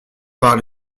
par